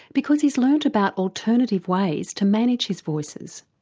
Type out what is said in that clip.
because he's learned about alternative ways to manage his voices.